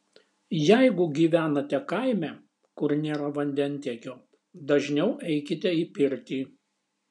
jeigu gyvenate kaime kur nėra vandentiekio dažniau eikite į pirtį